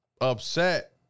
upset